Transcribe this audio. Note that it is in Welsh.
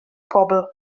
pobl